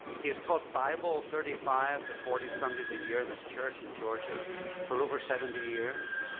he has taught bible thirty five to forty sundays a year in his church in georgia for over seventy years.